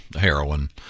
heroin